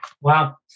Wow